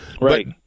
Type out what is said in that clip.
Right